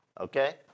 okay